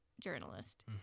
journalist